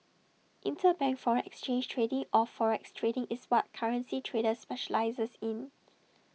interbank foreign exchange trading or forex trading is what currency trader specialises in